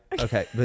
Okay